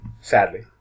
Sadly